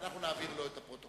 אנחנו נעביר לו את הפרוטוקול.